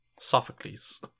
Sophocles